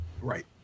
Right